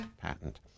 patent